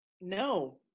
No